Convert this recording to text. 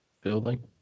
building